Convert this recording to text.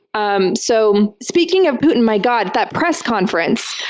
um so speaking of putin, my god, that press conference!